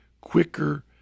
quicker